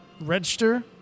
register